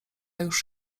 już